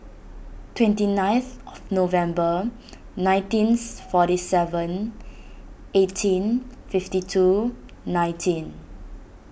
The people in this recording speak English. twenty ninth of November nineteenth forty seven eighteen fifty two nineteen